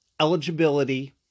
eligibility